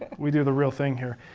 we do the real thing here,